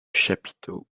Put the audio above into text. chapiteaux